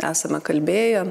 esame kalbėję